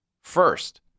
first